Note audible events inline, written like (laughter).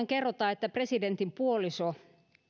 (unintelligible) kerrotaan että tuolloin presidentin puoliso